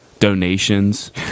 Donations